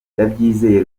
ndabyizeye